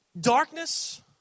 darkness